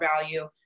value